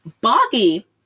Boggy